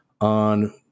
on